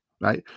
right